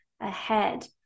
ahead